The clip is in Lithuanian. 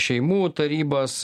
šeimų tarybas